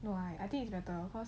no I I think it's better cause